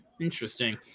Interesting